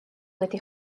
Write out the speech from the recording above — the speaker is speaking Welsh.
wedi